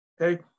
Okay